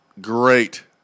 great